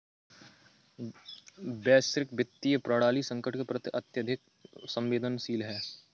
वैश्विक वित्तीय प्रणाली संकट के प्रति अत्यधिक संवेदनशील है